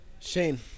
Shane